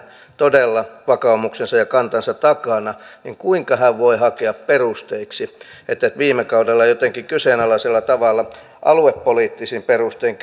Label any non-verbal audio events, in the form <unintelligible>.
todella vakaumuksensa ja kantansa takana niin kuinka hän voi hakea perusteiksi että viime kaudella toimittiin jotenkin kyseenalaisella tavalla ja aluepoliittisin perustein <unintelligible>